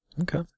Okay